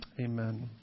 Amen